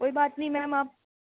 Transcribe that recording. کوئی بات نہیں میم آپ